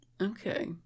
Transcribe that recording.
Okay